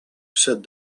said